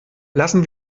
lassen